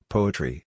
Poetry